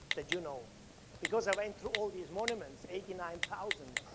that you know because i went through all these monuments, eighty nine thousand.